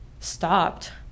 stopped